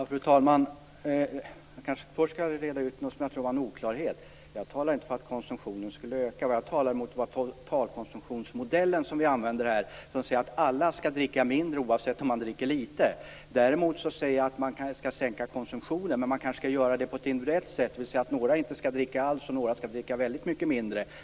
Fru talman! Jag skall först reda ut någonting som kanske var en oklarhet. Jag talade inte för att konsumtionen skulle öka. Vad jag talade mot var den totalkonsumtionsmodell som vi här använder och som säger att alla skall dricka mindre, oavsett om man dricker lite. Däremot säger jag att man kanske skall minska konsumtionen men göra det individuellt, dvs. några skall inte dricka alls och några skall dricka mycket mindre.